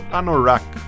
Anorak